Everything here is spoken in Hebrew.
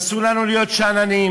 אסור לנו להיות שאננים.